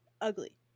Ugly